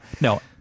no